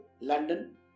London